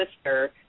sister